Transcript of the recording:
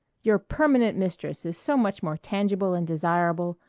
your permanent mistress is so much more tangible and desirable.